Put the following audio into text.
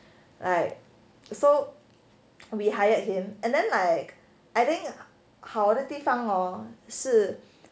like so we hired him and then like I think 好的地方 hor 是